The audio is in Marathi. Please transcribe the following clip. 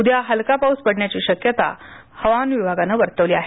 उद्या हलका पाऊस पडण्याची शक्यता हवामान विभागन वर्तवली आहे